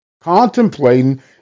contemplating